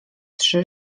trzy